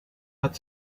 hat